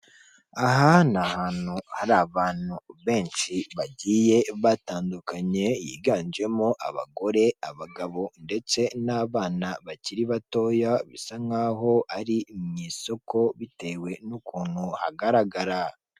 Aha ni ahantu hari abantu benshi bagiye batandukanye, higanjemo abagore, abagabo ndetse n'abana bakiri batoya, bisa nk'aho ari mu isoko bitewe n'ukuntu hagaragara.